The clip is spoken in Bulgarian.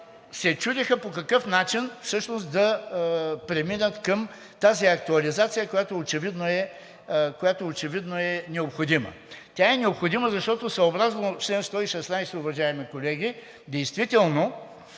се чудеха по какъв начин всъщност да преминат към тази актуализация, която очевидно е необходима. Тя е необходима, защото съобразно чл. 116, уважаеми колеги, действително